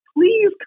Please